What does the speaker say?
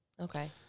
Okay